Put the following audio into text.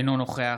אינו נוכח